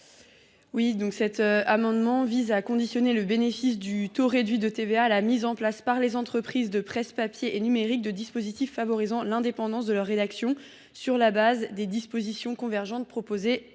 Ollivier. Cet amendement vise à conditionner le bénéfice du taux réduit de TVA à la mise en place, par les entreprises de presse papier et numérique, de dispositifs favorisant l’indépendance de leur rédaction, sur la base des dispositions convergentes proposées au Sénat.